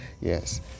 Yes